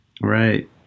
Right